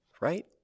right